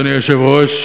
אדוני היושב-ראש,